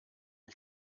ich